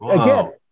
Again